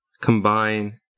combine